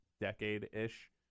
decade-ish